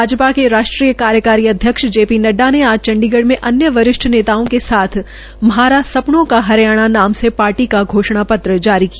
भाजपा के राष्ट्रीय कार्यकारी अध्यक्ष जे पी नड्डा ने आज चंडीगढ़ में अन्य वरिष्ठ नेताओं के साथ म्हारा सपनों का हरियाणा के नाम से पार्टी का घोषणा जारी किया